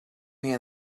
hand